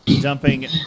dumping